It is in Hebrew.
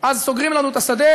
אז סוגרים לנו את השדה,